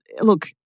look